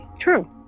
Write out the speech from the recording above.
true